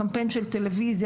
קמפיין של טלוויזיה,